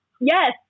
yes